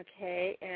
Okay